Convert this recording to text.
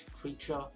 creature